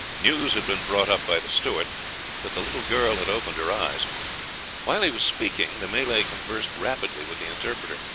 news had been brought up by the steward that the little girl had opened her eyes while he was speaking, the malay conversed rapidly with the interpreter.